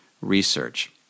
research